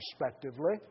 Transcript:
respectively